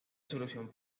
solución